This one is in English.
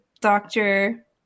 doctor